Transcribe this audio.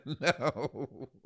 No